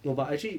no but actually